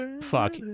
Fuck